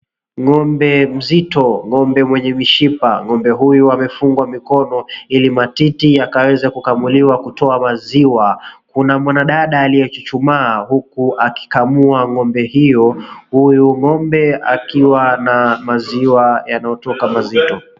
Ng'ombe mzito, ng'ombe mwenye mishipa. Ng'ombe huyu amefungwa mikono ili matiti yakaweza kukamuliwa kutoa maziwa. Kuna mwanadada aliyechuchumaa huku akikamua ng'ombe hio. Huyu ng'ombe akiwa na maziwa yanayotoka mazito.